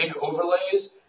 overlays